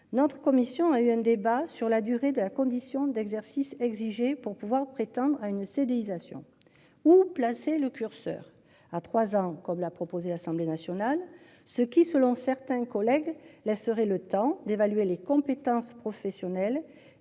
Notre commission a eu un débat sur la durée de la condition d'exercice exigé pour pouvoir prétendre à une CDI. Où placer le curseur à 3 ans comme l'a proposé l'Assemblée nationale, ce qui selon certains collègues la serait le temps d'évaluer les compétences professionnelles